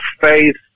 faith